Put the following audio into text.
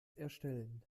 erstellen